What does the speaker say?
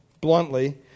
bluntly